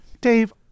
Dave